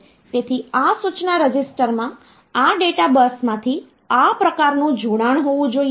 તેથી આ સૂચના રજિસ્ટરમાં આ ડેટા બસમાંથી આ પ્રકારનું જોડાણ હોવું જોઈએ